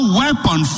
weapon